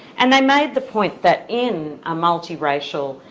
and they made the point that in a multiracial,